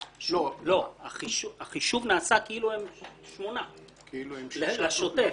לא, החישוב נעשה כאילו הם שמונה, לשוטף.